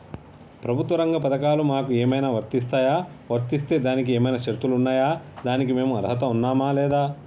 ప్రభుత్వ రంగ పథకాలు మాకు ఏమైనా వర్తిస్తాయా? వర్తిస్తే దానికి ఏమైనా షరతులు ఉన్నాయా? దానికి మేము అర్హత ఉన్నామా లేదా?